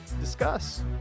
Discuss